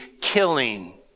killing